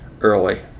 early